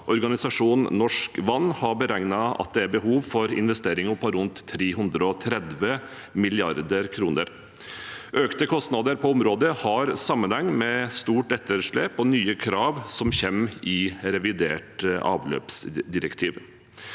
Organisasjonen Norsk Vann har beregnet at det er behov for investeringer på rundt 330 mrd. kr. Økte kostnader på området har sammenheng med stort etterslep og nye krav som kommer i revidert avløpsdirektiv.